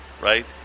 right